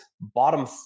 bottom